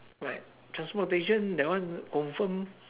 right transportation that one confirm